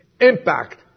Impact